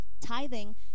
Tithing